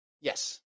Yes